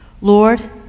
Lord